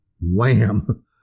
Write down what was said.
Wham